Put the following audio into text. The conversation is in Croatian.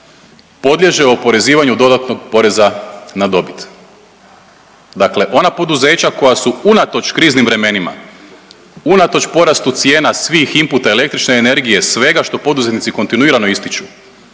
podliježe oporezivanju dodatnog poreza na dobit. Dakle ona poduzeća koja su unatoč kriznim vremenima, unatoč porastu cijena svih inputa, električne energije, svega što poduzetnici kontinuirano ističu,